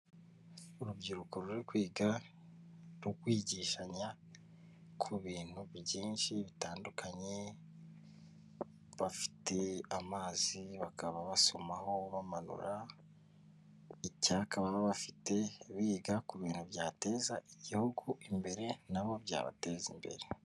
Urubyiruko ruri kwiga, ruri kwigishanya ku bintu byinshi bitandukanye, bafite amazi, bakaba basomaho bamanura icyaka baba bafite biga ku bintu byateza Igihugu imbere nabo byabateza imbere.